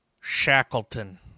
Shackleton